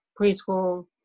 preschool